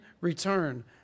return